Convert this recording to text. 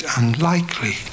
unlikely